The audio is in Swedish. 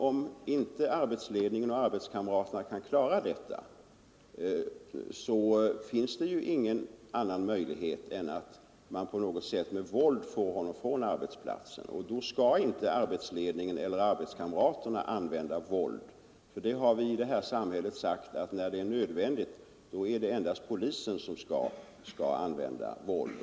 Om inte arbetsledningen och arbetskamraterna kan klara situationen, finns ingen annan utväg än att med våld få personen från arbetsplatsen. Men arbetsledningen eller arbetskamraterna skall inte använda våld, om den finner det nödvändigt. Vi håller här i landet på att endast polisen får använda våld.